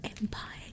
empire